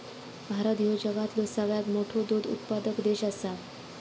भारत ह्यो जगातलो सगळ्यात मोठो दूध उत्पादक देश आसा